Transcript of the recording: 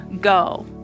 go